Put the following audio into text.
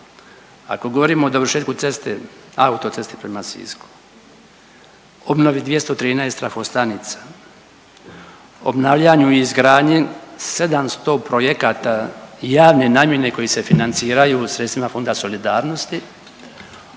Ako govorimo o dovršetku ceste, autoceste prema Sisku, obnovi 213 trafostanica, obnavljanju i izgradnji 700 projekata javne namjene koji se financiraju sredstvima Fonda solidarnosti,